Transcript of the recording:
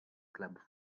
club